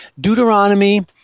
Deuteronomy